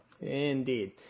Indeed